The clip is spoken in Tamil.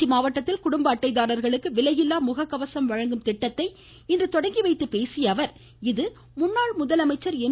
திருச்சி மாவட்டத்தில் குடும்ப அட்டைதாரர்களுக்கு விலையில்லா முககவசம் வழங்கும் திட்டத்தை இன்று தொடங்கி வைத்து பேசிய அவர் இது முன்னாள் முதலமைச்சர் எம்